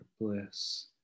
bliss